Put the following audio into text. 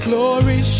Glory